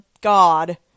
God-